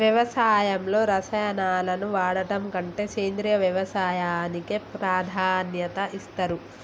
వ్యవసాయంలో రసాయనాలను వాడడం కంటే సేంద్రియ వ్యవసాయానికే ప్రాధాన్యత ఇస్తరు